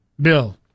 Bill